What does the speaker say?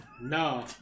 No